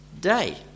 day